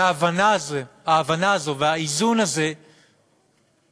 וההבנה הזאת והאיזון הזה הם